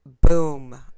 boom